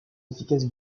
efficace